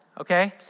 okay